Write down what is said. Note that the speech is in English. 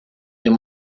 you